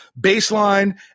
baseline